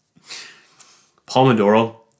Pomodoro